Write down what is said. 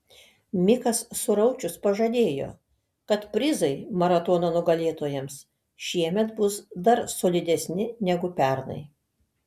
mikas suraučius pažadėjo kad prizai maratono nugalėtojams šiemet bus dar solidesni negu pernai